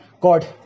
God